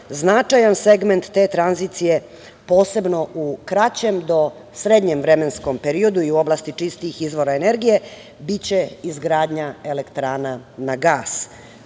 značajan segment te tranzicije, posebno u kraćem do srednjem vremenskom periodu i u oblasti čistijih izvora energije, biće izgradnja elektrana na gas,